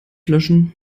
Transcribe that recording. löschen